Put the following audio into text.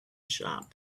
shop